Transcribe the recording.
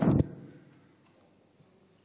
עסאקלה, בבקשה.